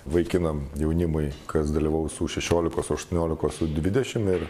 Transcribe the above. vaikinam jaunimui kas dalyvaus u šešiolikos aštuoniolikos u dvidešim ir